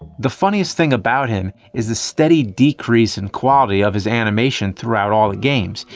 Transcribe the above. the funniest thing about him is the steady decrease in quality of his animation throughout all the games.